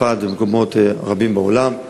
בצרפת ובמקומות רבים בעולם.